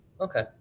Okay